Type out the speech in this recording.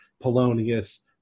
Polonius